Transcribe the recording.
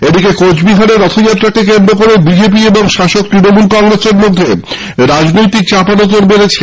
এদিকে কোচবিহারে রথযাত্রাকে কেন্দ্র করে বি জে পি এবং শাসক তৃণমূল কংগ্রেসের মধ্যে রাজনৈতিক চাপানউতোর বাডছে